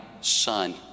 son